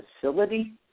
facility